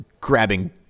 grabbing